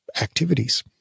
activities